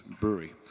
brewery